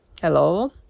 Hello